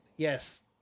Yes